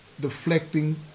deflecting